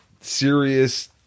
serious